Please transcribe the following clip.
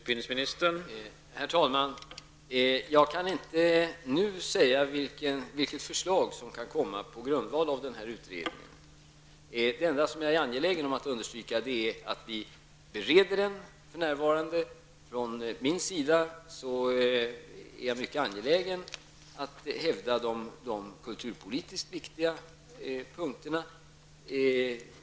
Herr talman! Jag kan inte nu säga vilket förslag som kan komma på grundval av den här utredningen. Jag är angelägen om att understryka att vi för närvarande bereder frågan. Jag är mycket angelägen om att hävda de kulturpolitiskt viktiga punkterna.